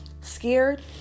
Scared